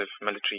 military